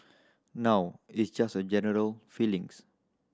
now it's just a general feelings